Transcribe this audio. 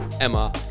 Emma